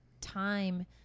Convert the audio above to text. time